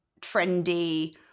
trendy